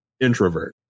introvert